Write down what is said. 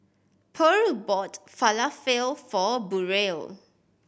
Purl bought Falafel for Burrell